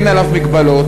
אין עליו מגבלות,